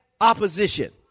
opposition